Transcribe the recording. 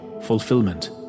fulfillment